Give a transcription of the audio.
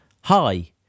Hi